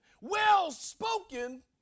well-spoken